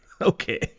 Okay